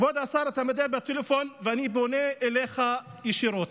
כבוד השר, אתה מדבר בטלפון ואני פונה אליך ישירות: